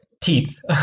teeth